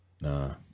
Nah